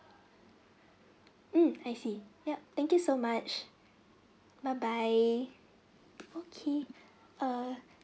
mm I see yup thank you so much bye bye okay err